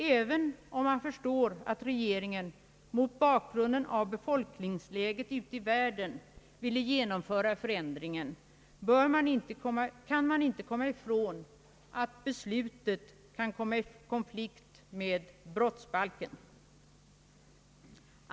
Även om man förstår, att regeringen mot bakgrunden av befolkningsläget ute i världen ville genomföra förändringen, kan man inte komma ifrån att beslutet kan komma i konflikt med brottsbalken.